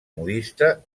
modista